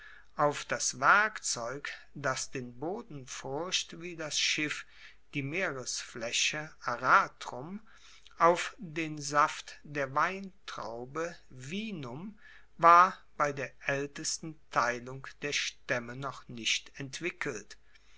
auf das werkzeug das den boden furcht wie das schiff die meeresflaeche aratrum auf den saft der weintraube vinum war bei der aeltesten teilung der staemme noch nicht entwickelt